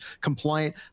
compliant